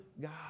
God